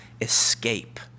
escape